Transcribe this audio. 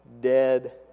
dead